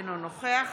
אינו נוכח